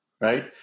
right